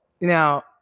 Now